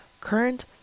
current